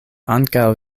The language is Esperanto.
ankaŭ